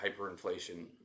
hyperinflation